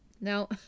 Now